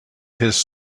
his